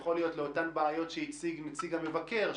יכול להיות לאותן בעיות שהציג נציג המבקר,